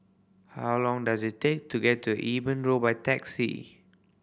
how long does it take to get to Eben Road by taxi